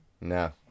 No